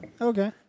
Okay